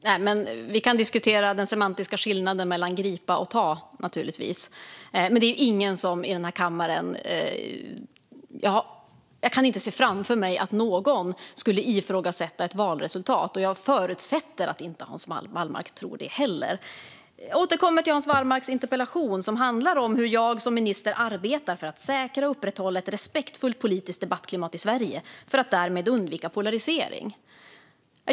Fru talman! Vi kan naturligtvis diskutera den semantiska skillnaden mellan orden gripa och ta. Men jag kan inte se framför mig att någon i den här kammaren skulle ifrågasätta ett valresultat. Jag förutsätter att Hans Wallmark inte tror det heller. Jag återkommer till Hans Wallmarks interpellation som handlar om hur jag som minister arbetar för att säkra och upprätthålla ett respektfullt politiskt debattklimat i Sverige för att därmed undvika polarisering.